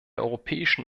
europäischen